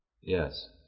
Yes